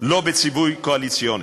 לא בציווי קואליציוני.